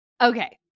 Okay